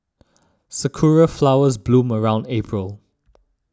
sakura flowers bloom around April